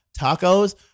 tacos